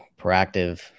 Proactive